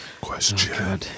Question